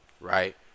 right